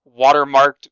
watermarked